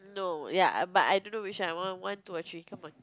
no ya but I don't know which one I want one two or three come on